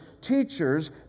teachers